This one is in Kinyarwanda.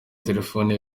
telefone